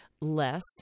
less